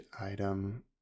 item